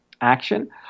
action